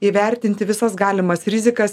įvertinti visas galimas rizikas